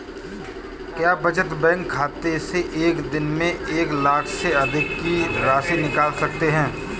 क्या बचत बैंक खाते से एक दिन में एक लाख से अधिक की राशि निकाल सकते हैं?